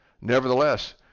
nevertheless